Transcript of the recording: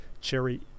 Cherry